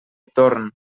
torn